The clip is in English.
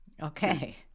Okay